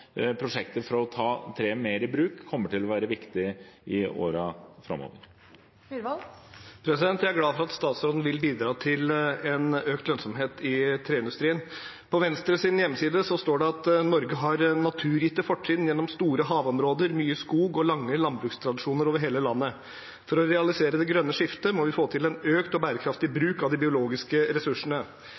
å ta treet mer i bruk kommer til å være viktig i årene framover. Jeg er glad for at statsråden vil bidra til økt lønnsomhet i treindustrien. På Venstres hjemmeside står det: «Norge har naturgitte fortrinn gjennom store havområder, mye skog og lange landbrukstradisjoner over hele landet. For å realisere det grønne skiftet må vi få til en økt og bærekraftig bruk av de biologiske ressursene.»